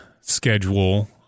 schedule